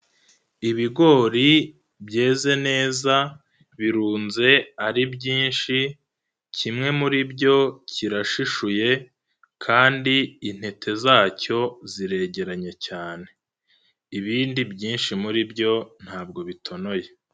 Ibigori byeze neza birunze ari byinshi, kimwe muri byo kirashishuye kandi intete zacyo ziregeranye cyane. Ibindi byinshi muri byo ntabwo bitonoye.